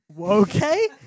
Okay